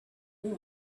pull